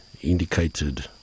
indicated